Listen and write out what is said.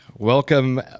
Welcome